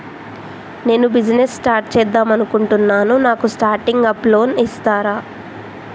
నేను business start చేద్దామనుకుంటున్నాను నాకు స్టార్టింగ్ అప్ లోన్ ఇస్తారా?